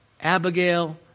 Abigail